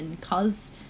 cause